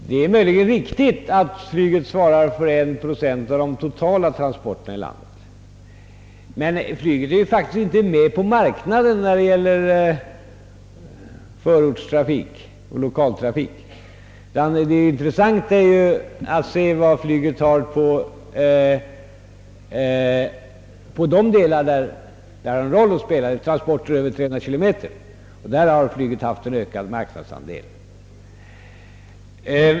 Herr talman! Det är möjligen riktigt att flyget svarar för en procent av de totala transporterna i landet, men flyget är ju faktiskt inte med på marknaden i fråga om förortsoch lokaltrafik. Det intressanta är att se vad flyget åstadkommer på de områden där det spelar någon roll, d. v. s, vid transporter över 300 kilometer. Här har flyget också noterat en ökning av marknadsandelen.